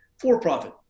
for-profit